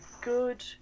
good